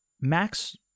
Max